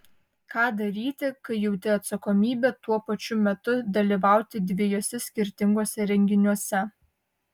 ką daryti kai jauti atsakomybę tuo pačiu metu dalyvauti dviejuose skirtinguose renginiuose